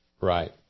Right